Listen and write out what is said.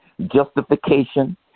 Justification